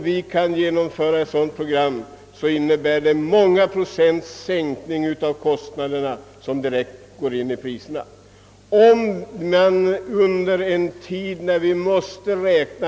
Därigenom kan vi uppnå en sänkning av kostnaderna med åtskilliga procent — något som direkt slår igenom i priserna.